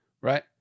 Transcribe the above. Right